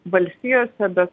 valstijose bet